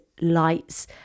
lights